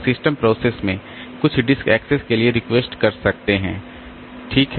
system process में वे कुछ डिस्क एक्सेस के लिए रिक्वेस्ट कर सकते हैं ठीक है